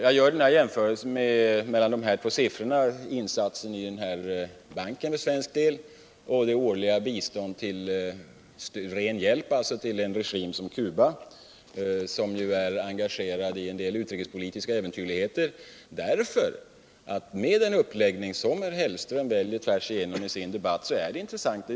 Jag gör jämförelsen mellan de här två summorna — insatsen i banken från svensk sida och det årliga biståndet, alltså ren hjälp, till en regim som Cubas, som ju är amerikanska utvecklingsbanken amerikanska utvecklingsbanken engagerad i en del utrikespolitiska äventyrligheter — därför att den blir intressant med den uppläggning som herr Hellström viljer tvärsigenom sitt inlägg.